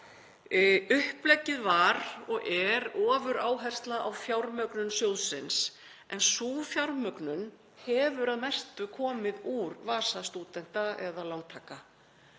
Uppleggið var og er ofuráhersla á fjármögnun sjóðsins en sú fjármögnun hefur að mestu komið úr vasa stúdenta eða lántaka.